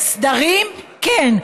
סדרים, כן.